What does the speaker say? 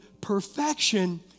perfection